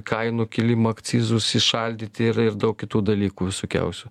kainų kilimo akcizus įšaldyti ir ir daug kitų dalykų visokiausių